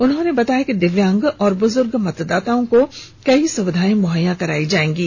उन्होंने बताया कि दिव्यांग और बुजूर्ग मतदाताओं को कई सुविधाएं मुहैया करायी जाएंगी